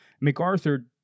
MacArthur